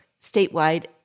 statewide